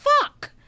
fuck